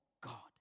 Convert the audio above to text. God